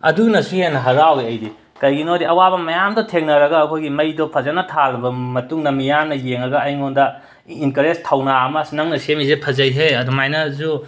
ꯑꯗꯨꯅꯁꯨ ꯍꯦꯟꯅ ꯍꯔꯥꯎꯋꯤ ꯑꯩꯗꯤ ꯀꯩꯒꯤꯅꯣꯗꯤ ꯑꯋꯥꯕ ꯃꯌꯥꯝꯗꯣ ꯊꯦꯡꯅꯔꯒ ꯑꯩꯈꯣꯏꯒꯤ ꯃꯩꯗꯣ ꯐꯖꯅ ꯊꯥꯜꯂꯕ ꯃꯇꯨꯡꯗ ꯃꯤꯌꯥꯝꯅ ꯌꯦꯡꯉꯒ ꯑꯩꯉꯣꯟꯗ ꯏꯟꯀꯔꯦꯖ ꯊꯧꯅꯥ ꯑꯃ ꯅꯪꯅ ꯁꯦꯝꯃꯤꯁꯦ ꯐꯖꯩꯍꯦ ꯑꯗꯨꯃꯥꯏꯅꯁꯨ